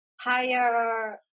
higher